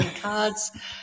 cards